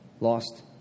lost